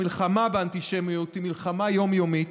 המלחמה באנטישמיות היא מלחמה יום-יומית,